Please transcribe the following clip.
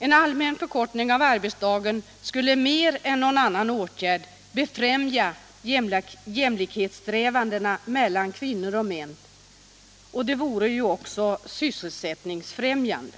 En allmän förkortning av arbetsdagen skulle mer än någon annan åtgärd befrämja jämlikhetssträvandena mellan kvinnor och män. Det vore ju också sysselsättningsfrämjande.